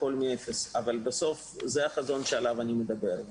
אבל בסוף זה החזון עליו אני מדבר.